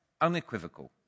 unequivocal